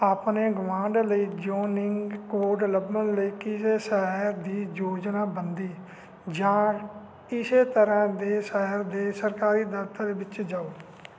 ਆਪਣੇ ਗੁਆਂਢ ਲਈ ਜ਼ੋਨਿੰਗ ਕੋਡ ਲੱਭਣ ਲਈ ਕਿਸੇ ਸ਼ਹਿਰ ਦੀ ਯੋਜਨਾਬੰਦੀ ਜਾਂ ਇਸੇ ਤਰ੍ਹਾਂ ਦੇ ਸ਼ਹਿਰ ਦੇ ਸਰਕਾਰੀ ਦਫ਼ਤਰ ਵਿੱਚ ਜਾਓ